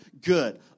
Good